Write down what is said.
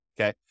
okay